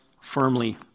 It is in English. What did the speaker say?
firmly